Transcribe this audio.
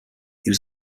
was